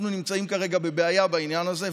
אנחנו נמצאים כרגע בבעיה בעניין הזה.